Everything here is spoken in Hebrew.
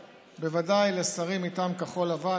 בוודאי לשרים מטעם כחול לבן,